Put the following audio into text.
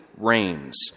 reigns